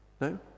No